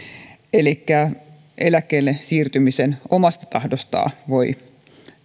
elikkä eläkkeelle siirtymiseen omasta tahdostaan voi